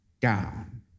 down